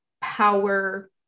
power